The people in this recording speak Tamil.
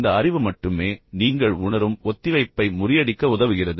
இந்த அறிவு மட்டுமே நீங்கள் உணரும் ஒத்திவைப்பை முறியடிக்க உதவுகிறது